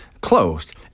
closed